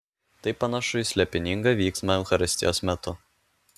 tai panašu į slėpiningą vyksmą eucharistijos metu